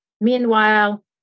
meanwhile